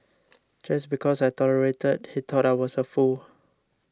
just because I tolerated he thought I was a fool